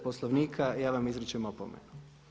Poslovnika ja vam izričem opomenu.